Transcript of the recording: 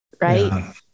Right